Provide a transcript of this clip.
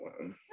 one